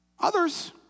Others